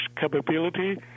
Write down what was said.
capability